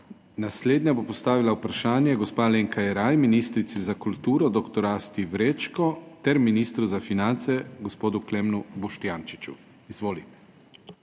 Naslednja bo postavila vprašanje gospa Alenka Jeraj ministrici za kulturo dr. Asti Vrečko ter ministru za finance gospodu Klemnu Boštjančiču. Izvoli.